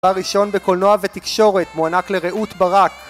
תואר ראשון בקולנוע ותקשורת מוענק לרעות ברק